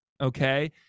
okay